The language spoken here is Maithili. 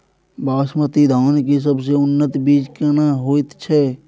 बासमती धान के सबसे उन्नत बीज केना होयत छै?